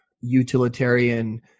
utilitarian